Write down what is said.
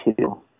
two